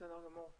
בסדר גמור.